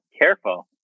careful